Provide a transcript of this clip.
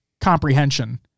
comprehension